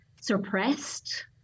suppressed